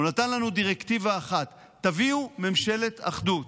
הוא נתן לנו דירקטיבה אחת: תביאו ממשלת אחדות.